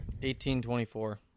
1824